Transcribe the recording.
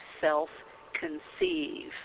self-conceive